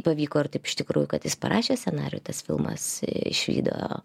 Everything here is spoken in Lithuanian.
pavyko ir taip iš tikrųjų kad jis parašė scenarijų tas filmas išvydo